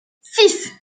six